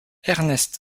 ernest